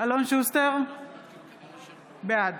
בעד